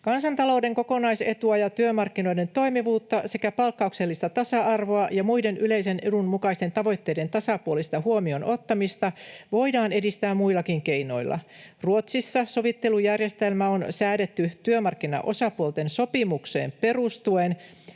”Kansantalouden kokonaisetua ja työmarkkinoiden toimivuutta sekä palkkauksellista tasa-arvoa ja muiden yleisen edun mukaisten tavoitteiden tasapuolista huomioon ottamista voidaan edistää muillakin keinoilla. Ruotsissa sovittelujärjestelmälle on säädetty työmarkkinaosapuolten sopimukseen perustuen